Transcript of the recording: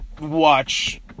watch